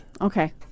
Okay